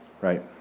Right